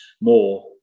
more